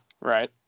right